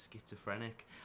schizophrenic